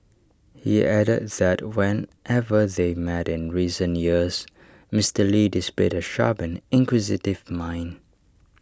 he added that whenever they met in recent years Mister lee displayed A sharp and inquisitive mind